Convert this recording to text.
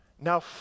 Now